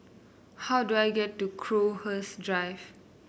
how do I get to Crowhurst Drive